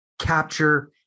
capture